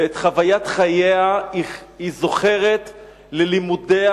ואת חוויית חייה היא זוכרת מלימודיה